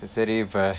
சரி இப்ப:sari ippa